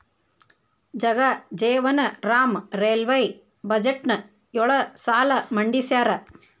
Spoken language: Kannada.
ಜಗಜೇವನ್ ರಾಮ್ ರೈಲ್ವೇ ಬಜೆಟ್ನ ಯೊಳ ಸಲ ಮಂಡಿಸ್ಯಾರ